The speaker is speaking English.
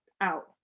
out